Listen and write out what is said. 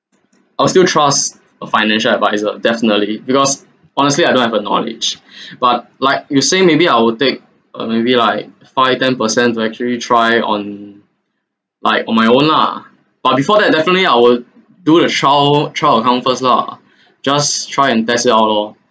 I will still trust a financial adviser definitely because honestly I don't have the knowledge but like you say maybe I will take uh maybe like five ten percent to actually try on my on my own lah but before that definitely I will do the trial trial account first lah just try and test it out lor